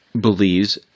believes